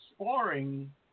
sparring